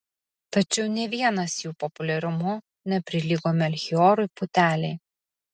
tačiau nė vienas jų populiarumu neprilygo melchijorui putelei